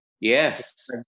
Yes